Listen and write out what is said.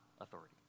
authority